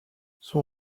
son